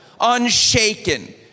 unshaken